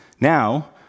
Now